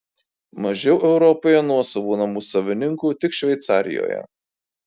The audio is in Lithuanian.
mažiau europoje nuosavų namų savininkų tik šveicarijoje